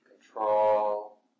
control